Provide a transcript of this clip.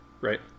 right